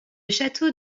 château